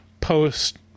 post